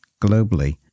globally